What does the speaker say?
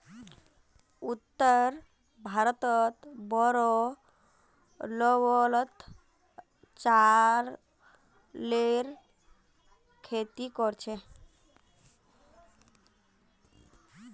उत्तर भारतत बोरो लेवलत चावलेर खेती कर छेक